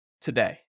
today